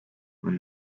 when